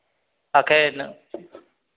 एखन